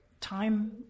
time